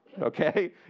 okay